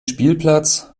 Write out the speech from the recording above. spielplatz